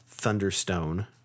Thunderstone